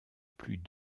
plus